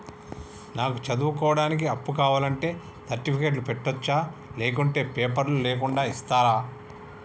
నాకు చదువుకోవడానికి అప్పు కావాలంటే సర్టిఫికెట్లు పెట్టొచ్చా లేకుంటే పేపర్లు లేకుండా ఇస్తరా?